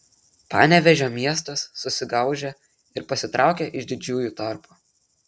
panevėžio miestas susigaužė ir pasitraukė iš didžiųjų tarpo